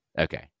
Okay